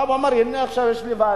הוא בא ואמר: הנה, עכשיו יש לי ועדה,